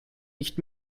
nicht